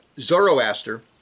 Zoroaster